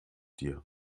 dir